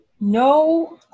no